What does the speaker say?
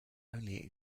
only